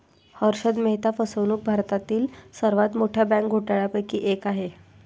हर्षद मेहता फसवणूक भारतातील सर्वात मोठ्या बँक घोटाळ्यांपैकी एक आहे